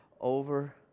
Over